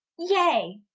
yea,